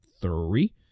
three